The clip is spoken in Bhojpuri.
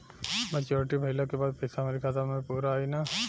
मच्योरिटी भईला के बाद पईसा हमरे खाता म पूरा आई न?